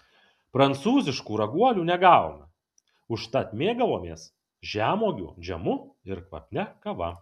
prancūziškų raguolių negavome užtat mėgavomės žemuogių džemu ir kvapnia kava